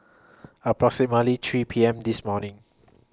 approximately three P M This morning